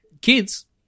Kids